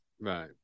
Right